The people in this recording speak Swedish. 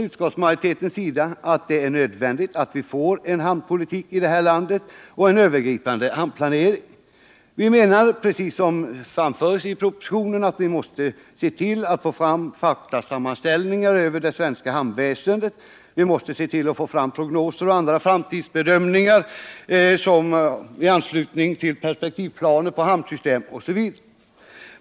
Utskottsmajoriteten anser att det är nödvändigt att vi får en hamnpolitik och en övergripande hamnplanering. Vi menar, vilket också framhålls i propositionen, att man måste få fram faktasammanställningar över det svenska hamnväsendet, vidare prognoser och andra framtidsbedömningar i anslutning till perspektivplaner på hamnsystem osv.